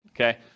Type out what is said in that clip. okay